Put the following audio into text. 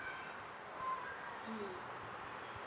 mm